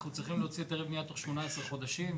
אנחנו צריכים להוציא היתרי בנייה תוך שמונה עשרה חודשים.